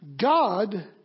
God